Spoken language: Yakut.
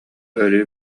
өрүү